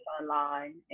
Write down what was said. online